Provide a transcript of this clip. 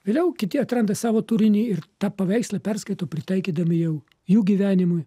vėliau kiti atranda savo turinį ir tą paveikslą perskaito pritaikydami jau jų gyvenimui